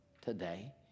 today